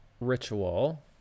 ritual